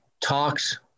talks